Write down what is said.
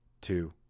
two